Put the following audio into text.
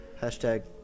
Hashtag